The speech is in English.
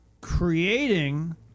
creating